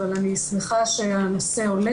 אבל אני שמחה שהנושא עולה,